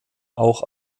auch